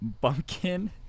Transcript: Bumpkin